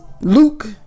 luke